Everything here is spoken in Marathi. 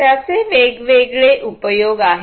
त्याचे वेगवेगळे उपयोग आहेत